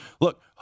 look